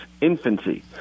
infancy